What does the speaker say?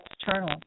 external